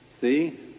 See